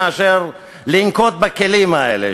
מאשר לנקוט את הכלים האלה,